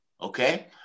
Okay